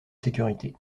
sécurité